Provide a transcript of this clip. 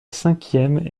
cinquième